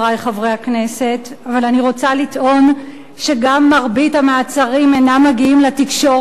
אבל אני רוצה לטעון שגם מרבית המעצרים אינם מגיעים לתקשורת,